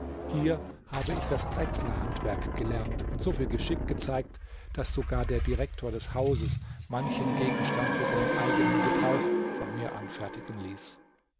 hier habe ich das drechslerhandwerk gelernt und so viel geschick gezeigt daß sogar der direktor des hauses manchen gegenstand für seinen eigenen gebrauch von mir anfertigen ließ